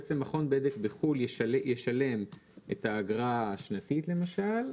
בעצם מכון בדק בחו"ל ישלם את האגרה השנתית למשל.